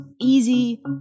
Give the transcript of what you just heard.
easy